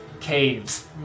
caves